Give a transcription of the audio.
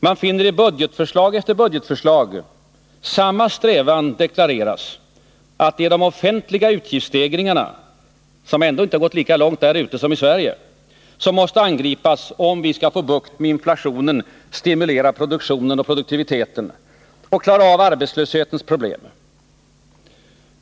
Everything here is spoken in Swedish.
Man finner i budgetförslag efter budgetförslag samma strävan deklareras, att det är de offentliga utgiftsstegringarna — som ändå inte gått lika långt som i Sverige — som nu måste angripas för att man skall få bukt med inflationen, stimulera produktionen och produktiviteten och klara av arbetslöshetens problem.